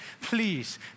Please